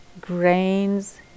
grains